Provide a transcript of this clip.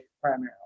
primarily